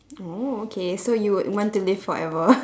oh okay so you would want to live forever